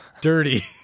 Dirty